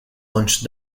launch